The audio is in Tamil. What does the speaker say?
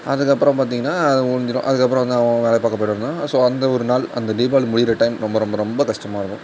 அதுக்கப்புறம் பார்த்தீங்கன்னா அது முடிஞ்சுரும் அதுக்கப்புறம் வந்து அவன் அவன் வேலையை பார்க்க போயிடுவாங்க ஸோ அந்த ஒரு நாள் அந்த தீபாவளி முடியற டைம் ரொம்ப ரொம்ப ரொம்ப கஷ்டமா இருக்கும்